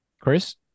Chris